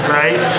right